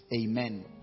Amen